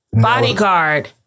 Bodyguard